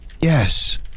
Yes